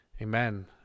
Amen